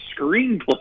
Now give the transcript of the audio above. screenplay